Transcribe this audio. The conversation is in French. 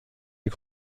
est